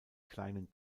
kleinen